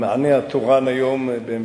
המענה התורן היום בהמשך,